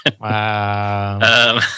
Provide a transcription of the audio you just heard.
Wow